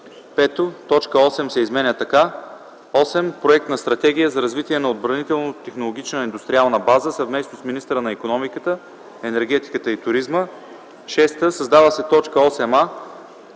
5. Точка 8 се изменя така: „8. проект на стратегия за развитие на отбранително-технологична индустриална база съвместно с министъра на икономиката, енергетиката и туризма;”. 6. Създава с т. 8а: